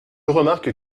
remarque